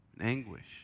anguish